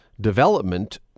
development